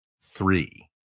three